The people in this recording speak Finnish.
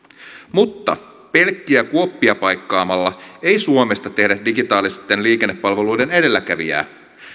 mutta pelkkiä kuoppia paikkaamalla ei suomesta tehdä digitaalisten liikennepalveluiden edelläkävijää